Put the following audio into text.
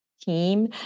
team